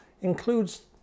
includes